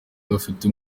gafite